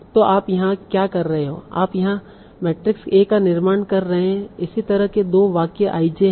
तो आप यहां क्या कर रहे हो आप यहाँ मैट्रिक्स A का निर्माण कर रहे हैं इसी तरह के दो वाक्य i j है